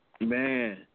Man